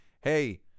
Hey